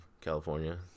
California